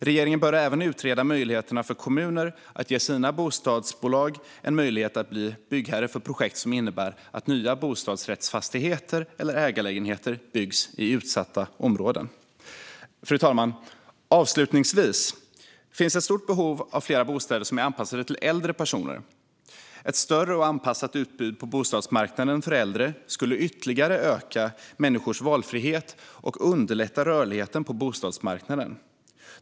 Regeringen bör även utreda möjligheterna för kommuner att ge sina bostadsbolag en möjlighet att bli byggherre för projekt som innebär att nya bostadsrättsfastigheter eller ägarlägenheter byggs i utsatta områden. Fru talman! Avslutningsvis finns det ett stort behov av fler bostäder som är anpassade till äldre personer. Ett större och anpassat utbud på bostadsmarknaden för äldre skulle ytterligare öka människors valfrihet och underlätta rörligheten på bostadsmarknaden.